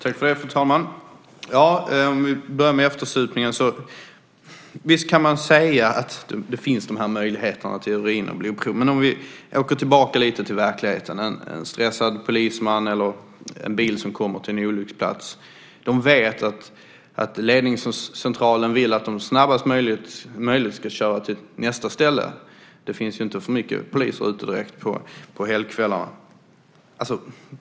Fru talman! Jag ska börja med frågan om eftersupning. Visst kan man säga att dessa möjligheter till urin och blodprov finns. Men om vi återgår lite grann till verkligheten så vet en stressad polisman eller en bilist som kommer till en olycksplats att ledningscentralen vill att de snabbast möjligt ska köra till nästa ställe. Det finns ju inte så många poliser ute på helgkvällarna.